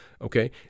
okay